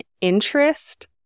interest